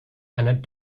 and